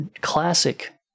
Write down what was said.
Classic